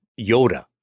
Yoda